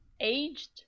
aged